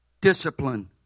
discipline